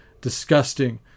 disgusting